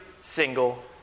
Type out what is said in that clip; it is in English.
single